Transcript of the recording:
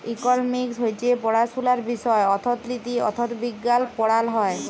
economics হছে পড়াশুলার বিষয় অথ্থলিতি, অথ্থবিজ্ঞাল পড়াল হ্যয়